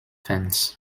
fans